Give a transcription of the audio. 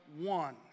one